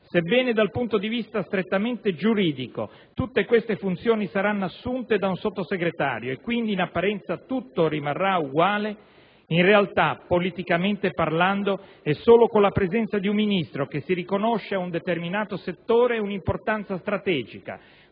Sebbene dal punto di vista strettamente giuridico tutte queste funzioni saranno assunte da un Sottosegretario, e quindi in apparenza tutto rimarrà uguale, in realtà, politicamente parlando, è solo con la presenza di un ministro che si riconosce ad un determinato settore un'importanza strategica,